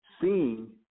Seeing